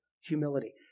humility